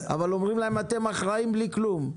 אבל אומרים להם, אתם אחראים, בלי כלום.